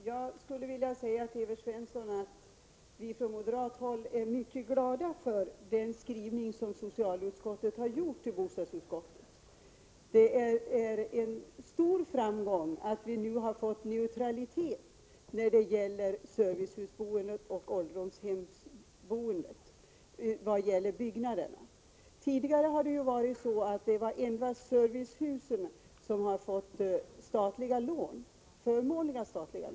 Herr talman! Från moderat håll är vi, Evert Svensson, mycket glada för socialutskottets skrivning till bostadsutskottet. Det är en stor framgång att vi nu, i fråga om byggnaderna, har fått neutralitet när det gäller boendet i servicehus och boendet på ålderdomshem. Tidigare har endast servicehusen fått statliga lån — dessutom förmånliga sådana.